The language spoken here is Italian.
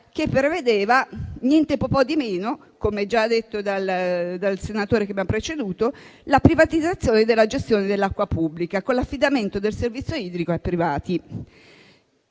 che prevedeva - niente po' po' di meno - come già detto dal senatore che mi ha preceduto - la privatizzazione della gestione dell'acqua pubblica, con l'affidamento del servizio idrico ai privati.